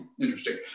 Interesting